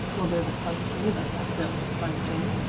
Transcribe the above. well, there's a funny thing about that bill, replied jenny.